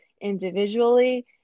individually